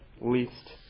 least